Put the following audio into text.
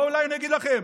בואו אליי, אני אגיד לכם.